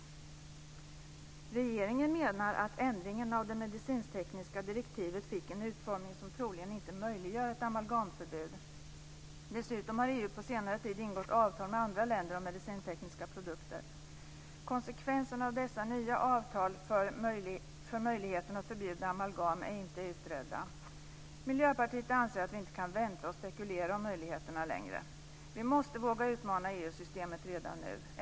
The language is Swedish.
Regeringen menar att ändringen av det medicintekniska direktivet fick en utformning som troligen inte möjliggör ett amalgamförbud. Dessutom har EU på senare tid ingått avtal med andra länder om medicintekniska produkter. Konsekvenserna av dessa nya avtal för möjligheten att förbjuda amalgam är inte utredda. Miljöpartiet anser att vi inte kan vänta och spekulera om möjligheterna längre. Vi måste våga utmana EU-systemet redan nu.